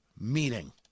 meeting